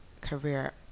career